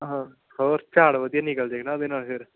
ਹਾਂ ਹੋਰ ਝਾੜ ਵਧੀਆ ਨਿਕਲ ਜਾਏਗਾ ਉਹਦੇ ਨਾਲ ਫਿਰ